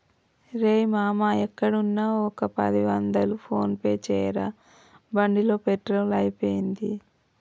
రేయ్ మామా ఎక్కడున్నా ఒక పది వందలు ఫోన్ పే చేయరా బండిలో పెట్రోల్ అయిపోయింది